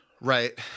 Right